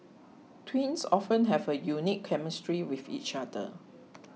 twins often have a unique chemistry with each other